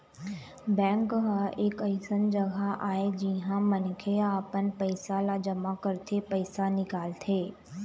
bank ह एक अइसन जघा आय जिहाँ मनखे ह अपन पइसा ल जमा करथे, पइसा निकालथे